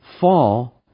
fall